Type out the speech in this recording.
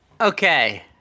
Okay